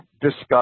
discuss